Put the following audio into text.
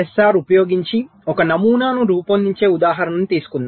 LFSR ఉపయోగించి ఒక నమూనాను రూపొందించే ఉదాహరణను తీసుకుందాం